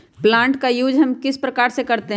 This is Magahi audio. प्लांट का यूज हम किस प्रकार से करते हैं?